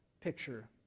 picture